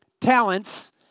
talents